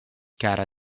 kara